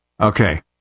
Okay